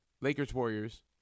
Lakers-Warriors